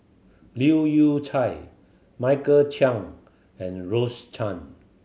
Leu Yew Chye Michael Chiang and Rose Chan